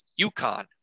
UConn